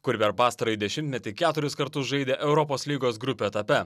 kuri per pastarąjį dešimtmetį keturis kartus žaidė europos lygos grupių etape